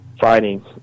fighting